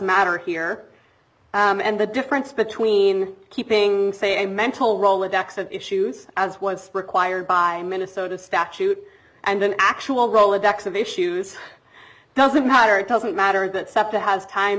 matter here and the difference between keeping say a mental rolodex of issues as was required by minnesota statute and an actual rolodex of issues doesn't matter it doesn't matter that septa has time